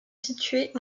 situées